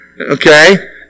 Okay